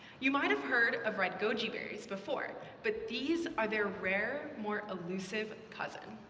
you might have heard of red goji berries before, but these are their rare, more-elusive cousin.